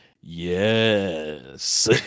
yes